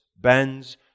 bends